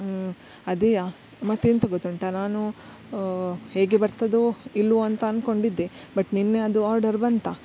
ಹ್ಞೂ ಅದೇ ಮತ್ತೆಂತ ಗೊತ್ತುಂಟಾ ನಾನು ಹೇಗೆ ಬರ್ತದೋ ಇಲ್ವೋ ಅಂತ ಅನ್ಕೊಂಡಿದ್ದೆ ಬಟ್ ನೆನ್ನೆ ಅದು ಆರ್ಡರ್ ಬಂತು